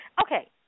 Okay